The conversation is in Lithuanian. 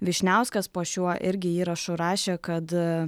vyšniauskas po šiuo irgi įrašu rašė kad